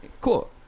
cool